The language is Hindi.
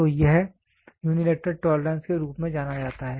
तो यह यूनिलैटरल टोलरेंस के रूप में जाना जाता है